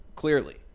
Clearly